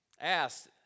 asked